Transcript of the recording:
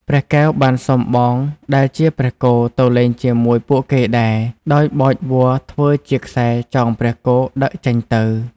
ព្រះកែវបានសុំបងដែលជាព្រះគោទៅលេងជាមួយពួកគេដែរ ដោយបោចវល្លិធ្វើជាខ្សែចងព្រះគោដឹកចេញទៅ ។